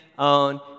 on